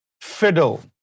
fiddle